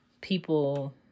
people